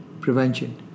prevention